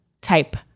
type